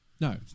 No